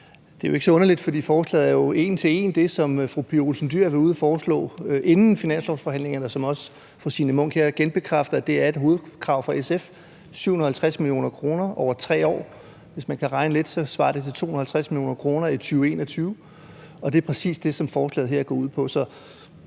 Det er jo ikke så underligt, for forslaget er en til en det, som fru Pia Olsen Dyhr har været ude at foreslå inden finanslovsforhandlingerne, og fru Signe Munk genbekræfter også her, at det er et hovedkrav fra SF: 750 mio. kr. over 3 år. Hvis man kan regne lidt, svarer det til 250 mio. kr. i 2021, og det er præcis det, som forslaget her går ud på.